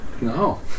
No